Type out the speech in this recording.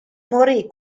morì